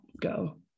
go